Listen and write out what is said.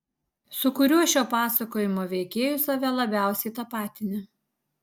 su kuriuo šio pasakojimo veikėju save labiausiai tapatini